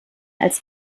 als